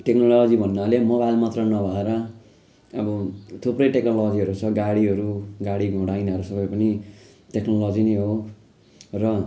technology भन्नाले mobile मात्र नभएर अब थुप्रै टेक्नोलोजीहरू छ गाडीहरू गाडी घोडा यिनीहरू सबै पनि टेक्नोलोजी नै हो र